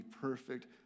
perfect